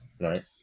Right